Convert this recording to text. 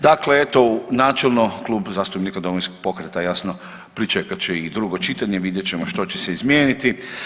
Dakle, eto načelno Klub zastupnika Domovinskog pokreta jasno pričekat će i drugo čitanje i vidjet ćemo što će se izmijeniti.